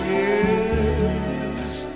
yes